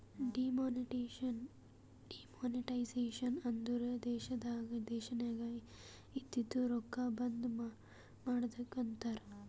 demonetisation ಅಂದುರ್ ದೇಶನಾಗ್ ಇದ್ದಿದು ರೊಕ್ಕಾ ಬಂದ್ ಮಾಡದ್ದುಕ್ ಅಂತಾರ್